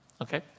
Okay